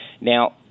Now